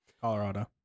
Colorado